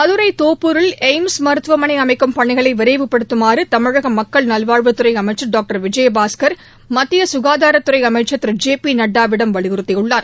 மதுரை தோப்பூரில் எய்ம்ஸ் மருத்துவமனை அமைக்கும் பணிகளை விரைவுபடுத்தமாறு தமிழக மக்கள் நல்வாழ்வுத் துறை அமைச்சர் டாக்டர் விஜயபாஸ்கர் மத்திய க்காதாரத் துறை அமைச்சர் திரு ஜெ பி நட்டாவிடம் வலியுறுத்தியுள்ளார்